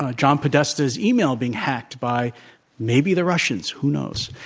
ah john podesta's email being hacked by maybe the russians who knows?